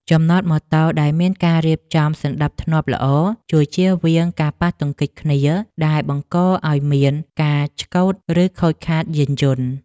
ចំណតម៉ូតូដែលមានការរៀបចំសណ្តាប់ធ្នាប់ល្អជួយជៀសវាងការប៉ះទង្គិចគ្នាដែលបង្កឱ្យមានការឆ្កូតឬខូចខាតយានយន្ត។